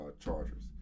Chargers